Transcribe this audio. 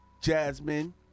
jasmine